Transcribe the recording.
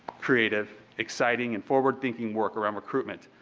creative, exciting and forward-thinking work around recruitment.